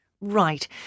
Right